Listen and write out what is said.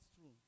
true